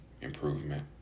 improvement